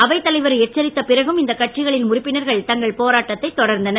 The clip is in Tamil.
அவைத் தலைவர் எச்சரித்த பிறகும் இந்த கட்சிகளின் உறுப்பினர்கள் தங்கள் போராட்டத்தை தொடர்ந்தனர்